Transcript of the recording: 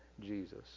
Jesus